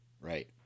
Right